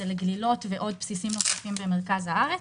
כמו גלילות ועוד בסיסים אחרים במרכז הארץ,